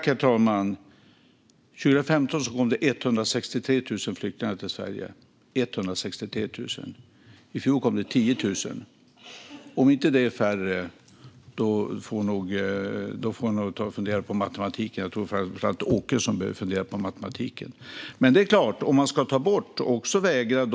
Herr talman! År 2015 kom det 163 000 flyktingar till Sverige - 163 000. I fjol kom det 10 000. Om inte det är färre får nog Åkesson ta och fundera över matematiken. Jag pratar om dem som är flyktingar.